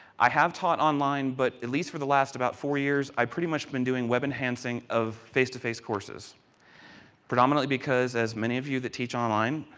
i have taught online, but at least for the last about four years, i pretty much have been doing web enhancing of face-to-face courses predominantly, because as many of you that teach online,